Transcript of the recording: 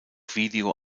video